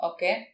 Okay